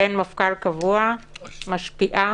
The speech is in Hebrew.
שאין מפכ"ל קבוע משפיעה